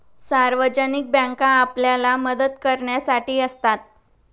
सार्वजनिक बँका आपल्याला मदत करण्यासाठी असतात